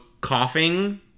coughing